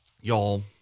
Y'all